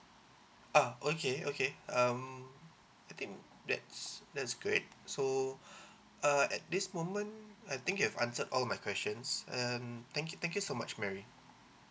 ah okay okay um I think that's that is great so uh at this moment I think you've answered all my questions um thank you thank you so much mary